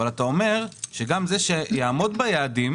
אבל אתה אומר שגם זה שיעמוד ביעדים,